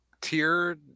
tier